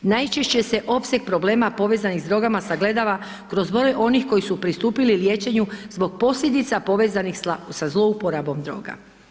Najčešće se opseg problema povezanih s drogama sagledava kroz broj onih koji su pristupili liječenju zbog posljedica povezanih sa zlouporabom droga.